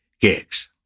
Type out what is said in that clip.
gigs